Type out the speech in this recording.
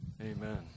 Amen